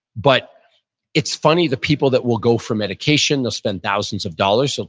but it's funny the people that will go for medication, they'll spend thousands of dollars, so